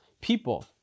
People